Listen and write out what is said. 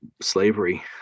slavery